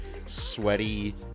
sweaty